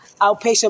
Outpatient